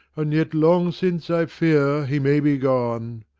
and yet long since i fear he may be gone.